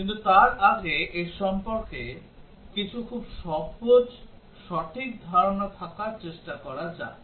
কিন্তু তার আগে এর সম্পর্কে কিছু খুব সহজ সঠিক ধারণা থাকার চেষ্টা করা যাক